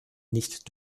nicht